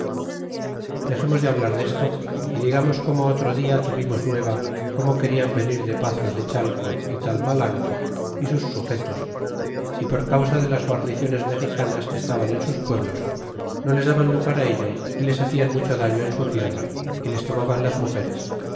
dexernos de hablar desto y digamos como otro dia tuvimos nueva como querian venir de paz los de chalco y talmalanco y sus sujetos y por causa de las guarniciones mexicanas que estaban en sus pueblos no les daban lugar á ello y les hacian mucho daño en su tierra y les tomaban las rnugeres